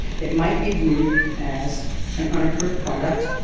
it might be viewed as an unapproved product,